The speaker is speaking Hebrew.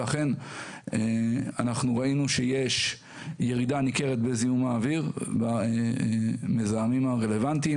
אכן אנחנו ראינו שיש ירידה ניכרת בזיהום האוויר במזהמים הרלוונטיים.